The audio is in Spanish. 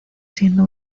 siendo